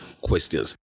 questions